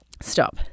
Stop